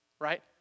Right